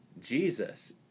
Jesus